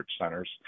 centers